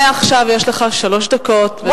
מעכשיו יש לך שלוש דקות.